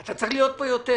אתה צריך להיות פה יותר.